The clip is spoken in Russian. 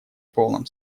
полном